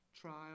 trial